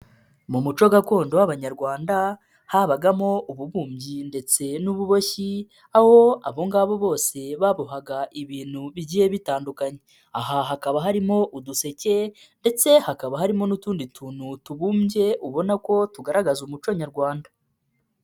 Mu muco gakondo w'Abanyarwanda, habagamo ububumbyi ndetse n'ububoshyi, aho abo ngabo bose babohaga ibintu bigiye bitandukanye, aha hakaba harimo uduseke ndetse hakaba harimo n'utundi tuntu tubumbye, ubona ko tugaragaza umuco nyarwanda.